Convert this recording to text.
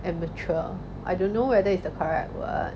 immature I don't know whether it's the correct word